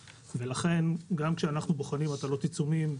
ולכן גם כאשר אנחנו בוחנים הטלות עיצומים,